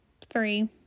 three